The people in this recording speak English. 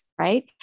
right